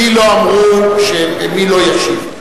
לי לא אמרו מי לא ישיב,